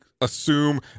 assume